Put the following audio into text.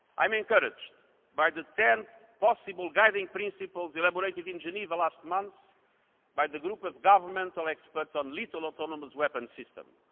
i am encouraged by the ten possible guiding principles elaborated in geneva last month by the group of governmental experts on lethal autonomous weapons systems.